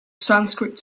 sanskrit